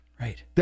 Right